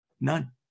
none